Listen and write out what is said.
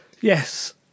Yes